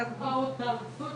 עם חברות וחברי כנסת נוספים,